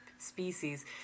species